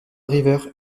river